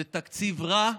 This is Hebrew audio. זה תקציב רע,